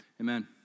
amen